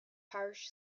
parish